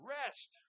rest